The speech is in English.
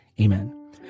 Amen